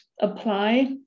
apply